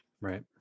Right